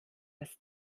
das